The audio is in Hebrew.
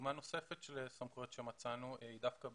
דוגמה נוספת של סמכויות שמצאנו היא דווקא בפרו,